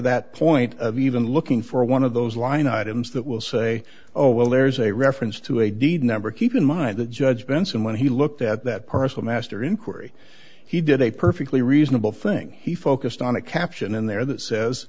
that point of even looking for one of those line items that will say oh well there's a reference to a deed number keep in mind the judgments and when he looked at that person master inquiry he did a perfectly reasonable thing he focused on a caption in there that says